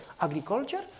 Agriculture